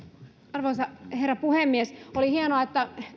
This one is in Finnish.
arvoisa herra puhemies oli hienoa pääministeri että